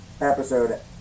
episode